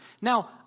Now